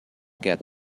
get